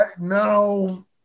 No